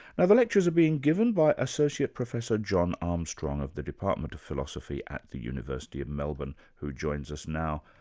and the lectures are being given by associate professor john armstrong of the department of philosophy at the university of melbourne, who joins us now.